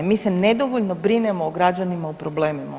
Mi se nedovoljno brinemo o građanima u problemima.